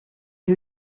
who